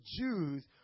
Jews